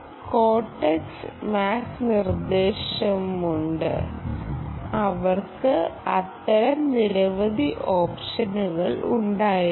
കോർടെക്സിന് MAC നിർദ്ദേശമുണ്ട് അവർക്ക് അത്തരം നിരവധി ഓപ്ഷനുകൾ ഉണ്ടായിരിക്കാം